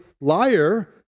liar